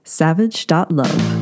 savage.love